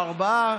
או לארבעה,